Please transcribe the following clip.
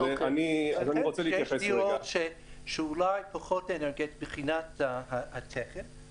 יש דירות שאולי פחות אנרגטיות מבחינת התקן